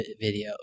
video